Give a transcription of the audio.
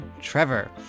Trevor